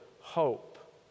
hope